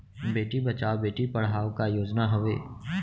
बेटी बचाओ बेटी पढ़ाओ का योजना हवे?